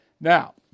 Now